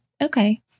Okay